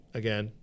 again